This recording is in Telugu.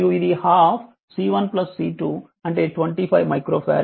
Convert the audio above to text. మరియు అది 12 C1 C2 అంటే 25 మైక్రో ఫారెడ్